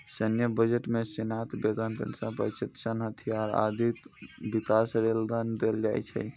सैन्य बजट मे सेनाक वेतन, पेंशन, प्रशिक्षण, हथियार, आदिक विकास लेल धन देल जाइ छै